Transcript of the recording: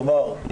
כלומר,